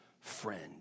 friend